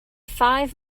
five